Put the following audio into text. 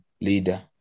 leader